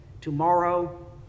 Tomorrow